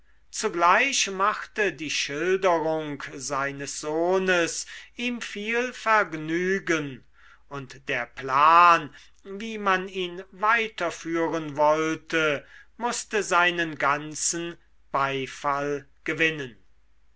zugleich machte die schilderung seines sohnes ihm viel vergnügen und der plan wie man ihn weiterführen wollte mußte seinen ganzen beifall gewinnen